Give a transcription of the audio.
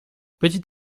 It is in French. petit